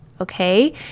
Okay